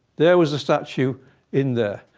there was the statue in there.